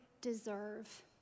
deserve